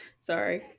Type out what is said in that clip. sorry